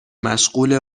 مشغوله